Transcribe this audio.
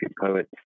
poets